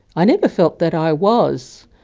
i never felt that i was,